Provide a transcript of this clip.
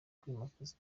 kwimakaza